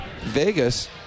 Vegas